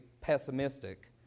pessimistic